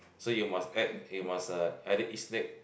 so you must act you must eh either eat snake